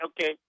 okay